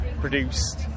produced